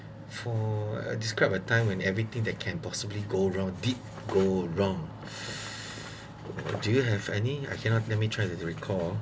for describe a time when everything that can possibly go wrong did go wrong do you have any I cannot let me try to recall